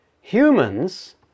humans